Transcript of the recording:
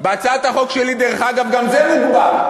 בהצעת החוק שלי, דרך אגב, גם זה מוגבל.